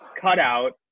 cutout